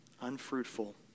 unfruitful